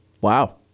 Wow